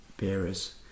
bearers